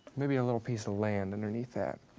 maybe a little piece of land underneath that.